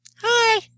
Hi